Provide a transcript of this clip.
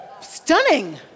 stunning